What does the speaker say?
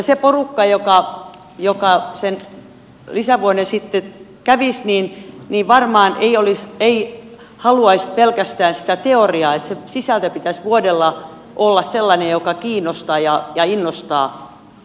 se porukka joka sen lisävuoden sitten kävisi varmaan ei haluaisi pelkästään sitä teoriaa joten sisällön pitäisi vuodella olla sellainen joka kiinnostaa ja innostaa oppilasta enemmän